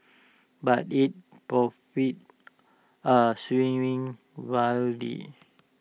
but its profits are swinging wildly